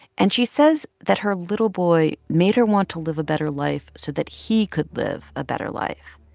and she says that her little boy made her want to live a better life so that he could live a better life.